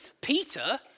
Peter